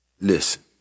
listen